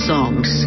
Songs